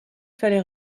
fallait